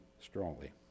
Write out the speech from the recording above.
strongly